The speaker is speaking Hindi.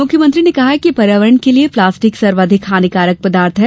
मुख्यमंत्री ने कहा कि पर्यावरण के लिये प्लास्टिक सर्वाधिक हानिकारक पदार्थ है